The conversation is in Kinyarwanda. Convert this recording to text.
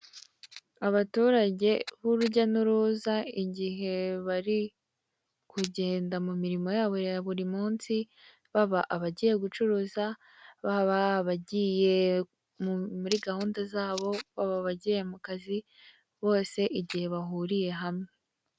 Abaturage b'urujya n'uruza igihe bari kugenda mu mirimo yabo ya buri munsi baba abagiye gucuruza, baba abagiye muri gahunda zabo, baba abagiye mu kazi bose igihe bahuriye hamwe.